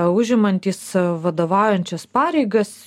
užimantys vadovaujančias pareigas